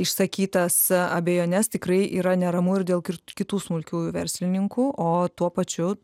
išsakytas abejones tikrai yra neramu ir dėl kir kitų smulkiųjų verslininkų o tuo pačiu